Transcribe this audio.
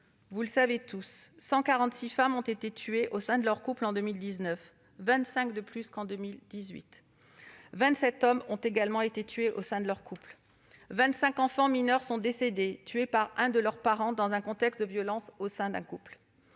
Vous savez tous que 146 femmes ont été tuées au sein de leur couple en 2019, soit vingt-cinq de plus qu'en 2018 ; vingt-sept hommes ont également été tués au sein de leur couple ; vingt-cinq enfants mineurs sont décédés, tués par un de leurs parents, dans un contexte de violences au sein du couple.